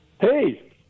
Hey